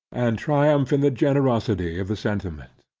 and triumph in the generosity of the sentiment.